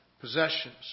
possessions